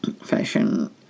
fashion